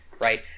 right